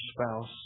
spouse